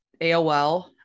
AOL